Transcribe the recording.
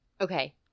Okay